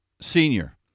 senior